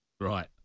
Right